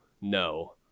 no